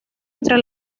entre